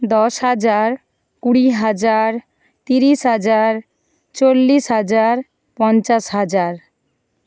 দশ হাজার কুড়ি হাজার তিরিশ হাজার চল্লিশ হাজার পঞ্চাশ হাজার